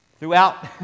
Throughout